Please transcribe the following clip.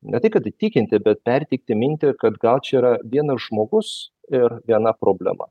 ne tai kad įtikinti bet perteikti mintį kad gal čia yra vienas žmogus ir viena problema